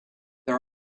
there